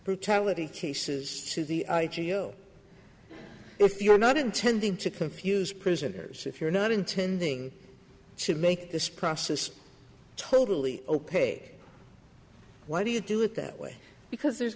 brutality cases if you're not intending to confuse prisoners if you're not intending to make this process totally opaque why do you do it that way because there's